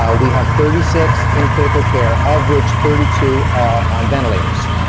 ah we have thirty six in critical care, of which thirty two are on ventilators.